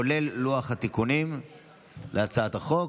כולל לוח התיקונים להצעת החוק.